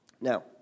Now